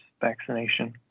vaccination